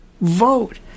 Vote